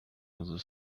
other